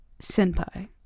senpai